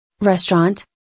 Restaurant